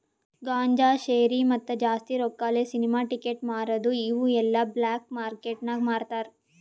ಗಾಂಜಾ, ಶೇರಿ, ಮತ್ತ ಜಾಸ್ತಿ ರೊಕ್ಕಾಲೆ ಸಿನಿಮಾ ಟಿಕೆಟ್ ಮಾರದು ಇವು ಎಲ್ಲಾ ಬ್ಲ್ಯಾಕ್ ಮಾರ್ಕೇಟ್ ನಾಗ್ ಮಾರ್ತಾರ್